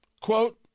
quote